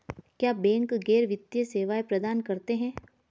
क्या बैंक गैर वित्तीय सेवाएं प्रदान करते हैं?